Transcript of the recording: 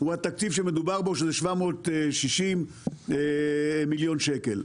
הוא התקציב שמדובר בו שזה 760 מיליון שקל.